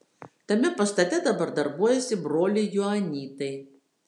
tame pastate dabar darbuojasi broliai joanitai